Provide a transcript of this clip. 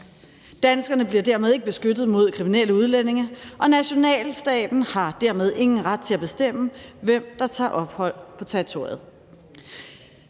Danskerne bliver dermed ikke beskyttet mod kriminelle udlændinge, og nationalstaten har dermed ingen ret til at bestemme, hvem der tager ophold på territoriet.